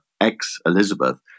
ex-Elizabeth